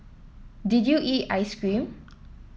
did you eat ice cream